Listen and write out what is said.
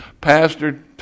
pastor